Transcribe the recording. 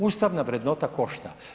Ustavna vrednota košta.